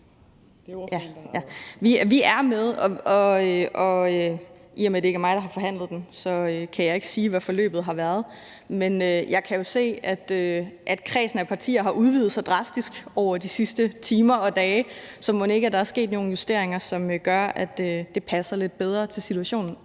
Vi er med, og I og med at det ikke er mig, der har forhandlet den, kan jeg ikke sige, hvordan forløbet har været, men jeg kan jo se, at kredsen af partier har udvidet sig drastisk over de sidste timer og dage, så mon ikke, der er sket nogle justeringer, som gør, at det passer lidt bedre til situationen,